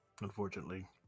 Unfortunately